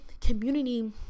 community